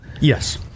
Yes